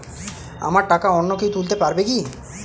আমার টাকা অন্য কেউ তুলতে পারবে কি?